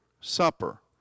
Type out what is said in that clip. supper